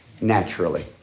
naturally